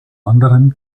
anderem